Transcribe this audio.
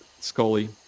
Scully